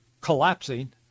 collapsing